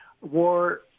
War